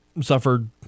suffered